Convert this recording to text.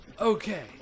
okay